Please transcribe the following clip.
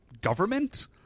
government